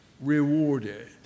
rewarded